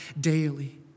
daily